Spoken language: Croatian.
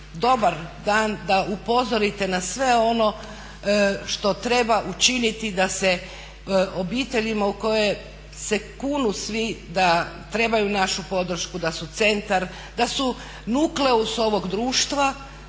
dobar dan da upozorite na sve ono što treba učiniti da se obiteljima u koje se kunu svi da trebaju našu podršku, da su centar, da su nukleus ovog društva,